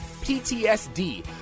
PTSD